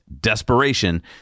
desperation